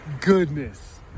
goodness